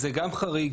למה תסתפק פה במנכ"ל